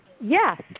yes